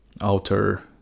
outer